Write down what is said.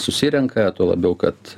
susirenka tuo labiau kad